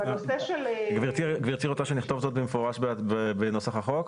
גברתי רוצה שנכתוב זאת במפורש בנוסח החוק?